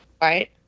Right